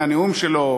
מהנאום שלו,